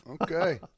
Okay